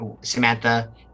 Samantha